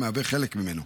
המהווה חלק ממנו,